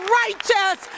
righteous